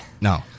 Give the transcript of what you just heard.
no